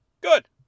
Good